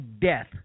death